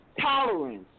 tolerance